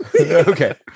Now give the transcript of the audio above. Okay